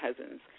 cousins